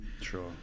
Sure